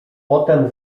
potem